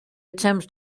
attempts